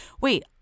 wait